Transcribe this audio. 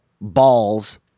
balls